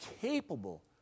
capable